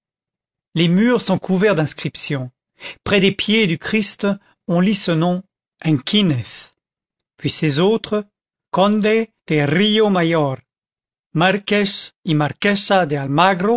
les murs sont couverts d'inscriptions près des pieds du christ on lit ce nom henquinez puis ces autres